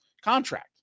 contract